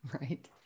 right